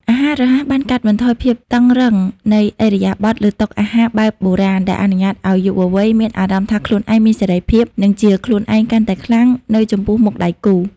អាហាររហ័សបានកាត់បន្ថយភាពតឹងរ៉ឹងនៃឥរិយាបថលើតុអាហារបែបបុរាណ ដែលអនុញ្ញាតឱ្យយុវវ័យមានអារម្មណ៍ថាខ្លួនឯងមានសេរីភាព និងជាខ្លួនឯងកាន់តែខ្លាំងនៅចំពោះមុខដៃគូ។